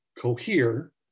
cohere